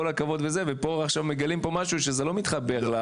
הכבוד לזה ופה אנחנו מגלים משהו שזה לא מתחבר.